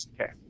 Okay